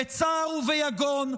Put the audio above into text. בצער וביגון,